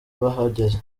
bahageze